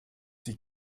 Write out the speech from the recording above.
die